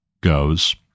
goes